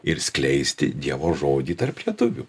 ir skleisti dievo žodį tarp lietuvių